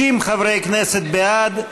90 חברי כנסת בעד,